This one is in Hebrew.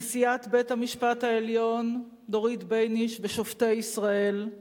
נשיאת בית-המשפט העליון דורית בייניש ושופטי ישראל,